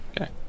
Okay